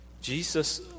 Jesus